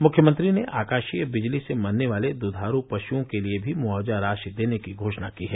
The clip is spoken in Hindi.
मुख्यमंत्री ने आकाशीय विजली से मरने वाले दुधारू पशुओं के लिए भी मुआवजा राशि देने की घोषणा की है